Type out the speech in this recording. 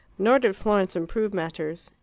nor did florence improve matters.